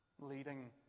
leading